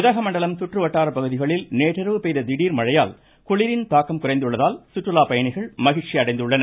உதகை சுற்றுவட்டாரப் பகுதிகளில் நேற்றிரவு பெய்த திடீர் மழையால் குளிரின் தாக்கல் குறைந்துள்ளதால் சுற்றுலாப் பயணிகள் மகிழ்ச்சியடைந்துள்ளனர்